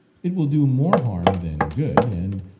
it will do more harm than good, and,